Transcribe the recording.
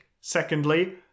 Secondly